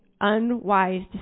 unwise